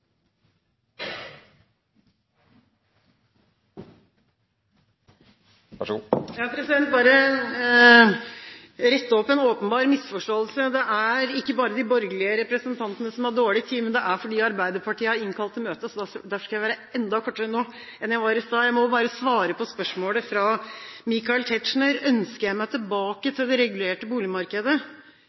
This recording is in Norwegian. bare rette opp en åpenbar misforståelse. Det er ikke bare de borgerlige representantene som har dårlig tid: Arbeiderpartiet har innkalt til møte, derfor skal jeg være enda raskere nå enn jeg var i stad. Jeg må bare svare på spørsmålet fra Michael Tetzschner – ønsker jeg meg tilbake til det regulerte boligmarkedet?